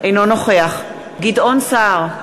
אינו נוכח גדעון סער,